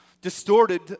distorted